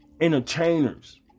entertainers